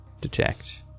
detect